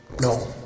No